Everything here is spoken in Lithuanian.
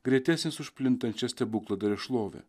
greitesnis už plintančią stebukladario šlovę